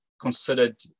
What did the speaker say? considered